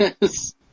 Yes